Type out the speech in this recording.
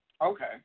Okay